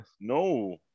No